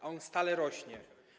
A on stale rośnie.